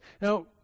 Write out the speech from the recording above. Now